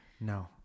No